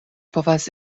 povas